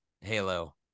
Halo